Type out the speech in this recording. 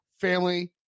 family